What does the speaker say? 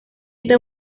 esta